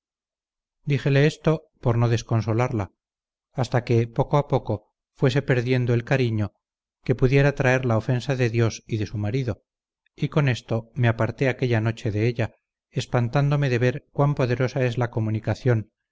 díjele esto por no desconsolarla hasta que poco a poco fuese perdiendo el cariño que pudiera traer la ofensa de dios y de su marido y con esto me aparté aquella noche de ella espantándome de ver cuán poderosa es la comunicación